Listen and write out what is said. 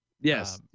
Yes